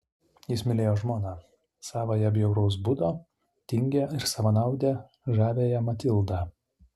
jis mylėjo žmoną savąją bjauraus būdo tingią ir savanaudę žaviąją matildą